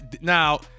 now